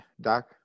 Doc